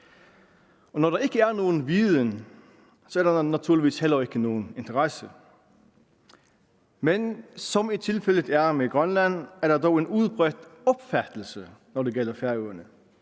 Og når der ikke er nogen viden, er der naturligvis heller ikke nogen interesse. Men som i tilfældet med Grønland er der dog en udbredt opfattelse, når det gælder Færøerne,